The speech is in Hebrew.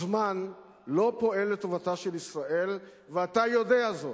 הזמן לא פועל לטובתה של ישראל, ואתה יודע זאת.